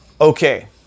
Okay